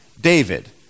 David